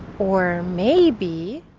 or maybe.